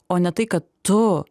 o ne tai kad tu